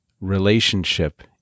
relationship